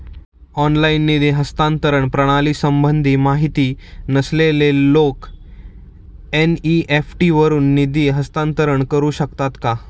Online निधी हस्तांतरण प्रणालीसंबंधी माहिती नसलेले लोक एन.इ.एफ.टी वरून निधी हस्तांतरण करू शकतात का?